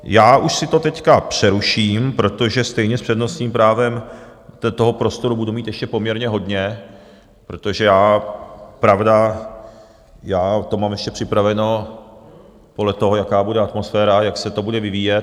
Já už si to teď přeruším, protože stejně s přednostním právem toho prostoru budu mít ještě poměrně hodně, protože já, pravda, to mám ještě připraveno, podle toho, jaká bude atmosféra a jak se to bude vyvíjet.